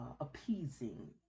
appeasing